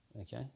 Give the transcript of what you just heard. okay